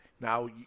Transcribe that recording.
Now